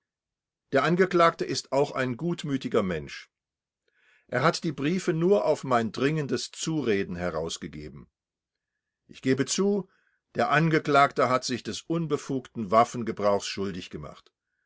der angeklagte ist auch ein gutmütiger mensch er hat die briefe nur auf mein dringendes zureden herausgegeben ich gebe zu der angeklagte hat sich des unbefugten waffengebrauchs schuldig gemacht